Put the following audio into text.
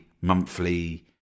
monthly